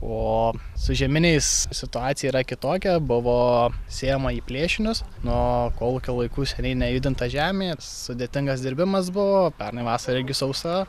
o su žieminiais situacija yra kitokia buvo sėjama į plėšinius nuo kolūkio laikų seniai nejudinta žemė sudėtingas dirbimas buvo pernai vasara irgi sausa